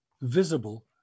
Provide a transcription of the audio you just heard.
visible